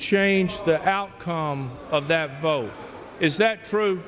change the outcome of that vote is that true